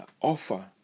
offer